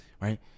right